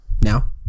now